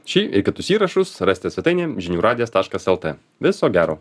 šį ir kitus įrašus rasite svetainėje žinių radijas taškas lt viso gero